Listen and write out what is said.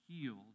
healed